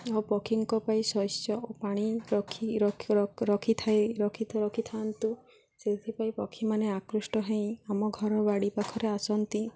ଆଉ ପକ୍ଷୀଙ୍କ ପାଇଁ ଶସ୍ୟ ଓ ପାଣି ରଖି ରଖିଥାଏ ରଖି ଥାନ୍ତୁ ସେଥିପାଇଁ ପକ୍ଷୀମାନେ ଆକୃଷ୍ଟ ହେଇ ଆମ ଘର ବାଡ଼ି ପାଖରେ ଆସନ୍ତି